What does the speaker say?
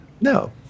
No